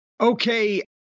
okay